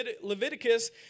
Leviticus